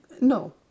No